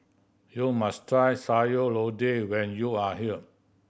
you must try Sayur Lodeh when you are here